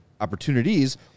opportunities